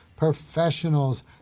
professionals